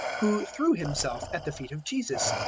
who threw himself at the feet of jesus,